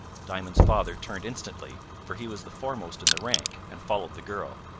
diamond's father turned instantly, for he was the foremost in the rank, and followed the girl.